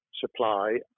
supply